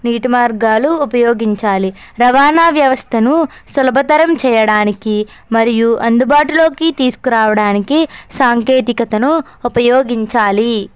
నీటి మార్గాలు ఉపయోగించాలి రవాణా వ్యవస్థను సులభతరం చేయడానికి మరియు అందుబాటులోకి తీసుకురావడానికి సాంకేతికతను ఉపయోగించాలి